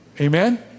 Amen